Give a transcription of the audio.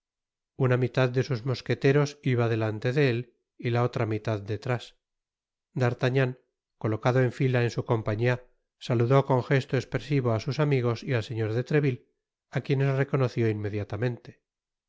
una mitad de sus mosqueteros iba delante de él y la otra mitad detrás d'artagnan colocado en fila en su compañía saludó con jesto espresivo á sus amigos y al señor de treville á quienes reconoció inmediatamente